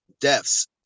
deaths